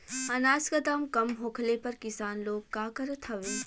अनाज क दाम कम होखले पर किसान लोग का करत हवे?